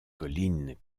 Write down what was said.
colline